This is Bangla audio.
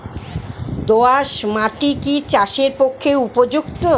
দোআঁশ মাটি কি চাষের পক্ষে উপযুক্ত?